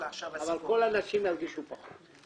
אבל כל הנשים ירגישו פחות.